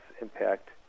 impact